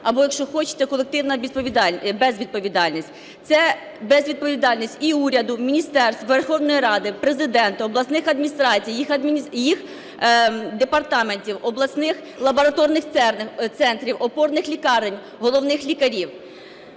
або, якщо хочете, колективна безвідповідальність. Це безвідповідальність і уряду, міністерств, Верховної Ради, Президента, обласних адміністрацій і їх департаментів, обласних лабораторних центрів, опорних лікарень, головних лікарів.